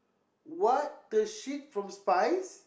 what the shit from spice